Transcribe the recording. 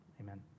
Amen